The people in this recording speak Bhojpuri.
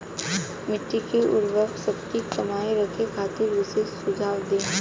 मिट्टी के उर्वरा शक्ति कायम रखे खातिर विशेष सुझाव दी?